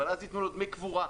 אבל אז יתנו לו דמי קבורה,